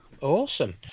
Awesome